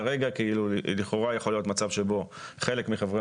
כרגע לכאורה יכול להיות מצב שבו חלק מחברי